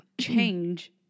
change